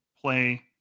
play